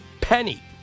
penny